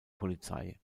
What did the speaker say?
polizei